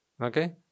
Okay